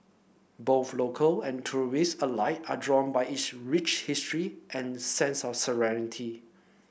both local and tourists alike are drawn by its rich history and sense of serenity